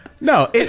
No